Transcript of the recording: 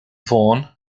vaughan